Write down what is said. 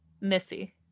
Missy